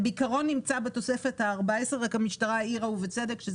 אי אפשר לעשות פה אגב ההכנסה של מוניות